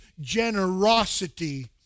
generosity